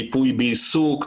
ריפוי בעיסוק,